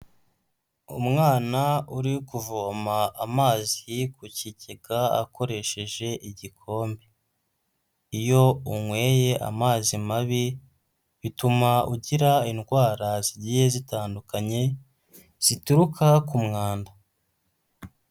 Umwana uri kuvoma amazi ku kigega akoresheje igikombe. Iyo unyweye amazi mabi bituma ugira indwara zigiye zitandukanye zituruka ku mwanda.